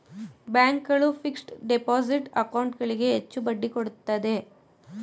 bank ಗಳು fixed deposit account ಗಳಿಗೆ ಹೆಚ್ಚು ಬಡ್ಡಿ ಕೊಡುತ್ತವೆ